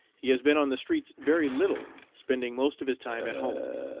he has been on the streets very little, spending most of his time at home.